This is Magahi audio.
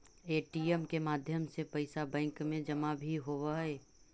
ए.टी.एम के माध्यम से पैइसा बैंक में जमा भी होवऽ हइ